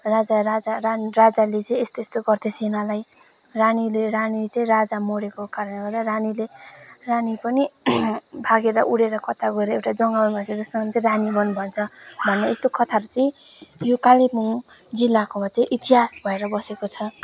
राजा राजा रानी राजाले चाहिँ यस्तो यस्तो गर्थेछ यिनीहरूलाई रानीले रानी चाहिँ राजा मरेको कारणले गर्दा रानीले रानी पनि भागेर उडेर कता गएर एउटा जङ्गलमा चाहिँ जसमा चाहिँ रानीवन भन्छ भन्ने यस्तो कथाहरू चाहिँ यो कालिम्पोङ जिल्लाकोमा चाहिँ इतिहास भएर बसेको छ